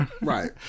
Right